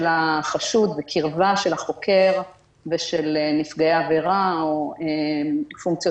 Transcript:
החשוד וקרבה של החוקר ושל נפגעי עבירה או פונקציות